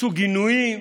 יצאו גינויים,